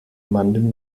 mandeln